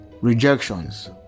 Rejections